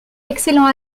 l’excellent